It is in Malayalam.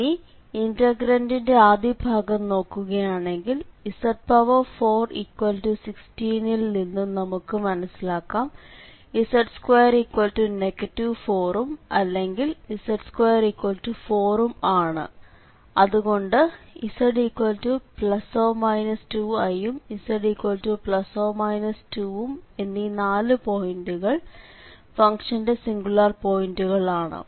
ഇനി ഇന്റഗ്രന്റിന്റെ ആദ്യ ഭാഗം നോക്കുകയാണെങ്കിൽ z416 ൽ നിന്നും നമുക്ക് മനസ്സിലാക്കാം z2 4 ഉം അല്ലെങ്കിൽ z24 ഉം ആണ് അതുകൊണ്ട് z±2i യും z±2 യും എന്നീ നാലു പോയിന്റികൾ ഫംഗ്ഷന്റെ സിംഗുലാർ പോയിന്റുകൾ ആണ്